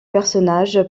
personnage